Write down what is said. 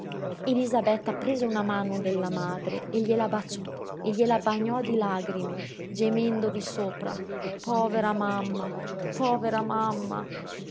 a casa tua elisabetta prese una mano della madre e gliela baciò e gliela bagnò di lagrime gemendovi sopra povera mamma povera mamma